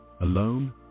alone